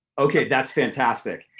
okay, that's fantastic.